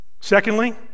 secondly